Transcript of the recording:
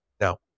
Now